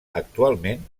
actualment